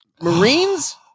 Marines